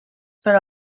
per